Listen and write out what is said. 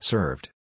Served